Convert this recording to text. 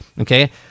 Okay